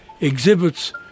exhibits